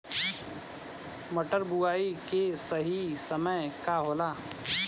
मटर बुआई के सही समय का होला?